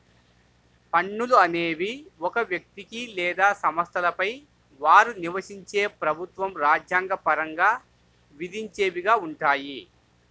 పన్నులు అనేవి ఒక వ్యక్తికి లేదా సంస్థలపై వారు నివసించే ప్రభుత్వం రాజ్యాంగ పరంగా విధించేవిగా ఉంటాయి